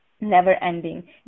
never-ending